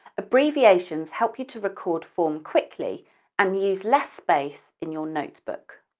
abbreviations help you to record form quickly and use less space in your notebook.